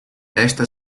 esta